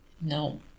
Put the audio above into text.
no